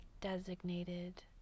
designated